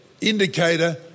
indicator